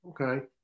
okay